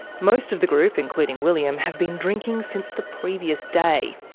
most of the group including william have been drinking since the previous day.